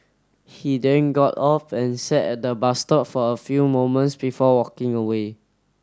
he then got off and sat at the bus stop for a few moments before walking away